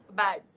bad